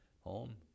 home